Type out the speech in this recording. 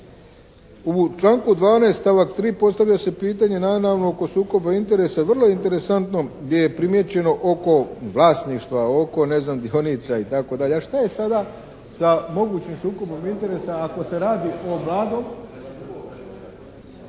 U članku 12., stavak 3. postavlja se pitanje naravno oko sukoba interesa. Vrlo je interesantno gdje je primjećeno oko vlasništva, oko, ne znam dionica i tako dalje. A šta je sada sa mogućim sukobom interesa ako se radi o mladom